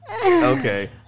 Okay